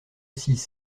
six